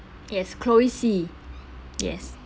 yes chloe see yes